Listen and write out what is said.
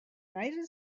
united